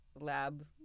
lab